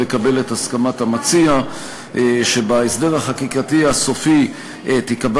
לקבל את הסכמת המציע שבהסדר החקיקתי הסופי תיקבע